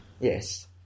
yes